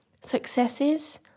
successes